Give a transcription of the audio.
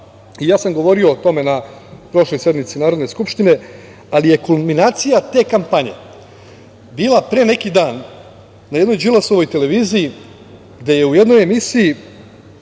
sam o tome na prošloj sednici Narodne skupštine, ali je kulminacija te kampanje bila pre neki dan na jednoj Đilasovoj televiziji, gde je u jednoj emisiji,